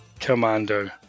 Commando